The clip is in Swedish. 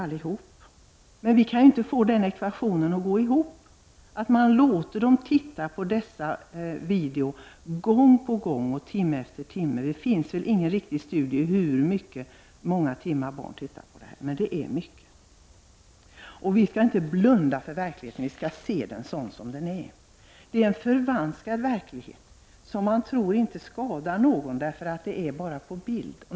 Men vi i miljöpartiet kan inte få den ekvationen att gå ihop, nämligen att man låter dem titta på dessa videogram gång på gång och timme efter timme. Det finns väl ingen riktig studie som visar hur många timmar barn tittar på detta, men det är många. Vi skall inte blunda för verkligheten, vi skall se den som den är. Det är en förvanskad verklighet som visas och som många inte tror skadar någon eftersom det bara är fråga om bilder.